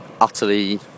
utterly